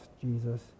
Jesus